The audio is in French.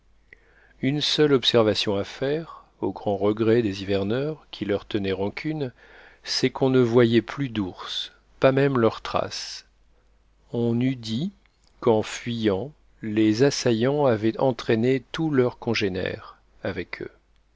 une seule observation à faire au grand regret des hiverneurs qui leur tenaient rancune c'est qu'on ne voyait plus d'ours pas même leurs traces on eût dit qu'en fuyant les assaillants avaient entraîné tous leurs congénères avec eux